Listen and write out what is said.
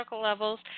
levels